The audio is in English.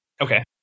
Okay